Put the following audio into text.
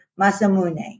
Masamune